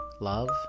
love